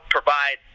provide